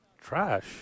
trash